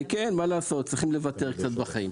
כן, מה לעשות, צריכים לוותר קצת בחיים.